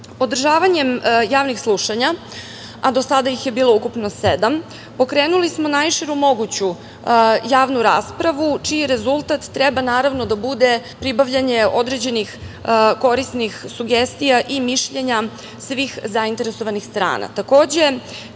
postupka. Podržavanjem javnih slušanja, a do sada ih je bilo ukupno sedam, pokrenuli smo najširu moguću javnu raspravu čiji rezultat treba, naravno, da bude pribavljanje određenih korisnih sugestija i mišljenja svih zainteresovanih strana. Takođe,